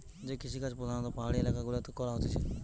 যে কৃষিকাজ প্রধাণত পাহাড়ি এলাকা গুলাতে করা হতিছে